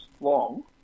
long